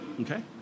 Okay